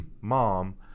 mom